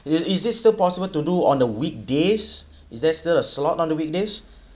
it~ it is still possible to do on the weekdays is there still a slot on the weekdays